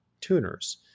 tuners